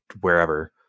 wherever